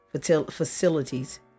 facilities